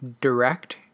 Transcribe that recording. direct